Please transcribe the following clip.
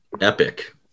epic